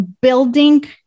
building